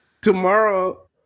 Tomorrow